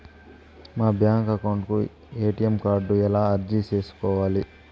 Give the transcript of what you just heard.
మా bank account కు ATM card ఎలా అర్జీ సేసుకోవాలి?